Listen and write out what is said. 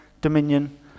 dominion